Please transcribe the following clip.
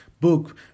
book